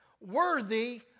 worthy